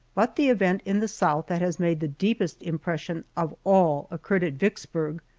but the event in the south that has made the deepest impression of all occurred at vicksburg,